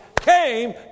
came